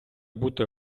бути